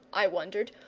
i wondered,